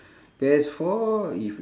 P_S four if